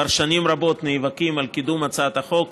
כבר שנים רבות נאבקים על קידום הצעת החוק.